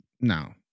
No